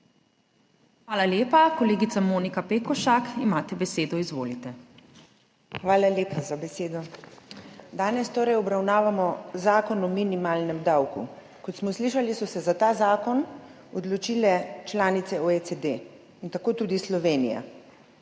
Hvala lepa. Kolegica Monika Pekošak, imate besedo, izvolite. **MONIKA ŠEKOŠAK (PS Svoboda):** Hvala lepa za besedo. Danes torej obravnavamo zakon o minimalnem davku. Kot smo slišali, so se za ta zakon odločile članice OECD in tako tudi Slovenija.